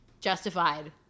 Justified